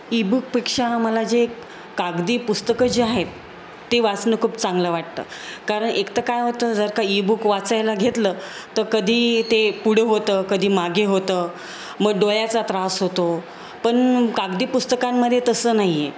ईबुकपेक्षा मला जे कागदी पुस्तकं जे आहेत ते वाचणं खूप चांगलं वाटतं कारण एक तर काय होतं जर का ईबुक वाचायला घेतलं तर कधी ते पुढं होतं कधी मागे होतं मग डोळ्याचा त्रास होतो पण कागदी पुस्तकांमध्ये तसं नाही आहे